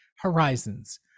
horizons